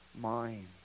mind